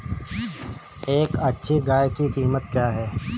एक अच्छी गाय की कीमत क्या है?